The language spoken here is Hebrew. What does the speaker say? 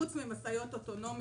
חוץ ממשאיות אוטונומיות,